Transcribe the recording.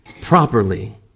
properly